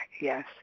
Yes